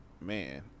man